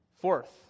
Fourth